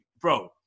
bro